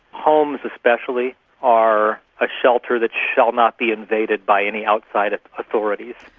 homes especially are a shelter that shall not be invaded by any outside ah authorities.